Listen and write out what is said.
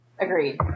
Agreed